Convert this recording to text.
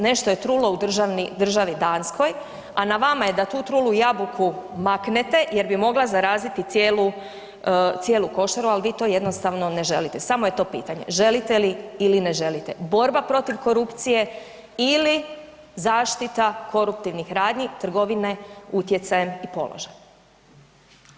Nešto je trulo u državi Danskoj, a na vama je da tu trulu jabuku maknete jer bi mogla zaraziti cijelu, cijelu košaru, al vi to jednostavno ne želite, samo je to pitanje želite li ili ne želite, borba protiv korupcije ili zaštita koruptivnih radnji trgovine utjecajem i položajem?